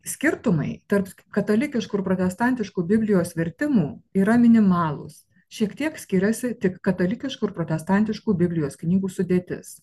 skirtumai tarp katalikiškų ir protestantiškų biblijos vertimų yra minimalūs šiek tiek skiriasi tik katalikiškų ir protestantiškų biblijos knygų sudėtis